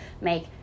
make